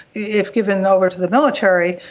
if given over to the military,